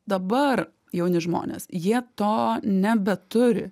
dabar jauni žmonės jie to nebeturi